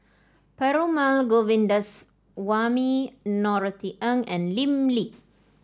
Perumal Govindaswamy Norothy Ng and Lim Lee